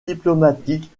diplomatique